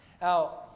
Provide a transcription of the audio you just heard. Now